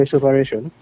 operation